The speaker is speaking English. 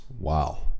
Wow